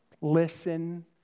Listen